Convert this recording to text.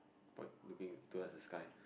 boy looking towards the sky